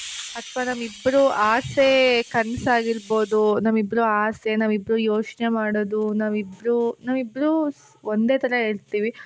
ಅಥ್ವಾ ನಮ್ಮಿಬ್ರ ಆಸೆ ಕನ್ಸು ಆಗಿರ್ಬೋದು ನಮ್ಮಿಬ್ರ ಆಸೆ ನಾವಿಬ್ರೂ ಯೋಚನೆ ಮಾಡೋದು ನಾವಿಬ್ಬರೂ ನಾವಿಬ್ಬರೂ ಸ್ ಒಂದೇ ಥರ ಇರ್ತೀವಿ